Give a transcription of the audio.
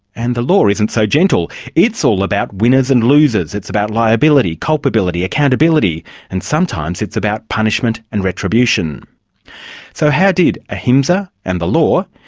and the law isn't so gentle it's all about winners and losers, it's about liability, culpability, accountability and sometimes it's about punishment and so how did ahimsa and the law,